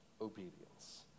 obedience